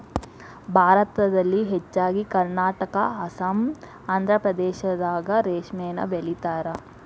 ಭಾರತದಲ್ಲಿ ಹೆಚ್ಚಾಗಿ ಕರ್ನಾಟಕಾ ಅಸ್ಸಾಂ ಆಂದ್ರಪ್ರದೇಶದಾಗ ರೇಶ್ಮಿನ ಬೆಳಿತಾರ